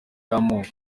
y’amoko